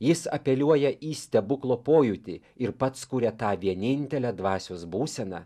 jis apeliuoja į stebuklo pojūtį ir pats kuria tą vienintelę dvasios būseną